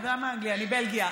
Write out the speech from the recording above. אני בלגיה.